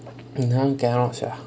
that [one] cannot sia